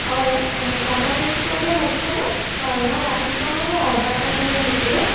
হয় অঁ কমল ৰেষ্টুৰেণ্টত লাগিছেনে হয় মই ৰাতিপুৱা মানে অৰ্ডাৰ এটা দি আহিছিলোঁ